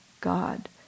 God